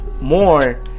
More